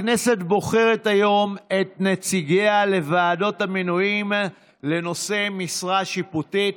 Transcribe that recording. הכנסת בוחרת היום את נציגיה לוועדות המינויים לנושאי משרה שיפוטית,